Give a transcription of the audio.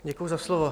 Děkuji za slovo.